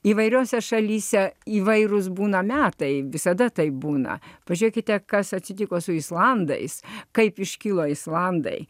įvairiose šalyse įvairūs būna metai visada taip būna pažiūrėkite kas atsitiko su islandais kaip iškilo islandai